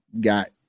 got